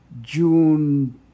June